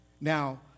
Now